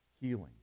healing